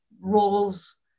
roles